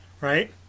right